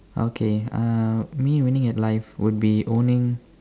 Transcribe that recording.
okay uh me winning at life would be owning